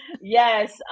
Yes